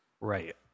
Right